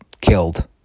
killed